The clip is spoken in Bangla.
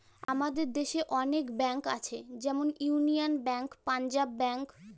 আমাদের দেশে অনেক ব্যাঙ্ক আছে যেমন ইউনিয়ান ব্যাঙ্ক, পাঞ্জাব ব্যাঙ্ক